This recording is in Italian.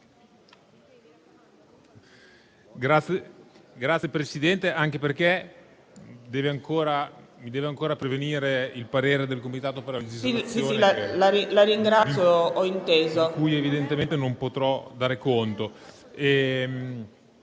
Signor Presidente, mi deve ancora pervenire il parere del Comitato per la legislazione, di cui evidentemente non potrò dare conto.